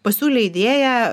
pasiūlė idėją